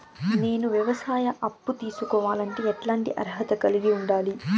నేను వ్యవసాయ అప్పు తీసుకోవాలంటే ఎట్లాంటి అర్హత కలిగి ఉండాలి?